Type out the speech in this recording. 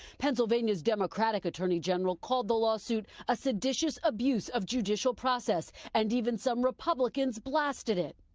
pennsylvania's democratic attorney general called the lawsuit a seditious abuse of judicial process and even some republicans blasted it.